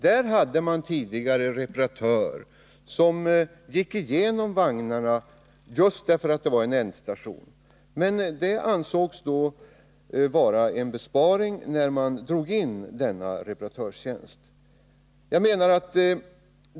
Där hade man tidigare en reparatör som gick igenom vagnarna just därför att det var en ändstation. Det ansågs vara en besparing när man drog in den reparatörstjänsten.